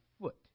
foot